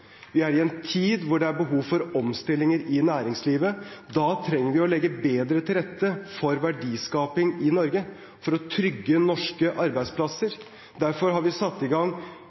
Vi er i en tid hvor det er behov for omstillinger i næringslivet. Da trenger vi å legge bedre til rette for verdiskaping i Norge for å trygge norske arbeidsplasser. Derfor har vi satt i gang